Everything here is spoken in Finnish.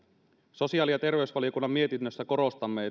sosiaali ja terveysvaliokunnan mietinnössä korostamme